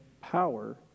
power